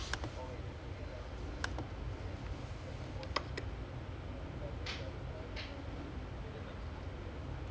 oh wait they put here leverkusen four three february eleven twenty twenty